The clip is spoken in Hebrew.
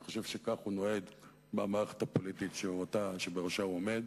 אני חושב שכך הוא נוהג במערכת הפוליטית שבראשה הוא עומד,